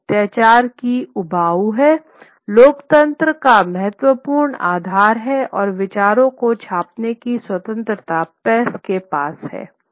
यह अत्याचार ही उबाऊ है लोकतंत्र का महत्वपूर्ण आधार है और विचारों को छापने की स्वतंत्रता प्रेस के पास है